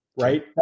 right